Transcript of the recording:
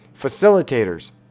Facilitators